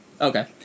Okay